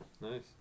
Nice